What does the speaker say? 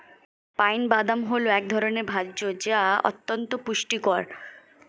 pine বাদাম হল এক ধরনের ভোজ্য যা অত্যন্ত পুষ্টিকর